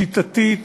שיטתית,